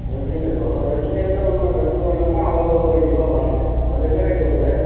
veg கேக்கா இல்லை veg cake வேணுமா வெஜ்ஜு வேணும்னால் அதில் ஒரு ரெண்டு கிலோ வாங்கிக்கிறேன் அது என்ன ரேட் வருது